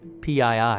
PII